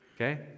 Okay